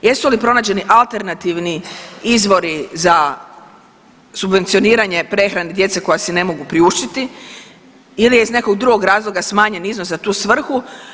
Jesu li pronađeni alternativni izvori za subvencioniranje prehrane djece koja si ne mogu priuštiti ili iz nekog drugog razloga smanjen iznos za tu svrhu?